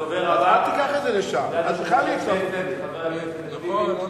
אל תיקח את זה לשם, הדובר הבא,